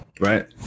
Right